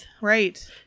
Right